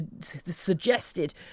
suggested